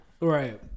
Right